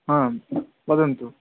आं वदन्तु